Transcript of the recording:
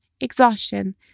exhaustion